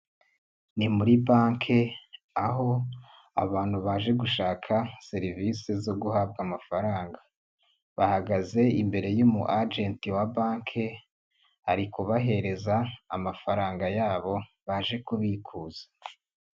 Ni muri Bank aho abantu baje gushaka serivisi zo guhabwa amafaranga. Bahagaze imbere y'umu agent wa Bank, ari kubahereza amafaranga yabo baje kubikuza.